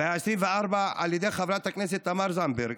והעשרים-וארבע על ידי חברת הכנסת תמר זנדברג.